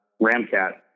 Ramcat